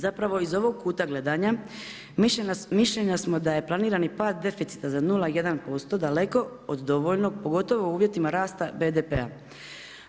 Zapravo iz ovog kuta gledanja mišljenja smo da je planirani pad deficita za 0,1% daleko od dovoljnog pogotovo u uvjetima rasta BDP-a.